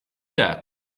that